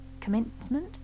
commencement